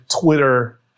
Twitter